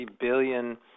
billion